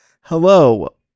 hello